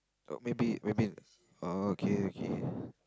oh maybe maybe oh okay